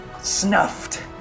snuffed